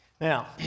Now